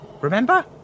Remember